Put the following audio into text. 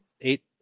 Eight